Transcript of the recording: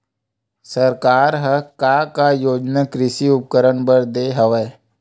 सरकार ह का का योजना कृषि उपकरण बर दे हवय?